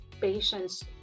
patients